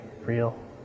real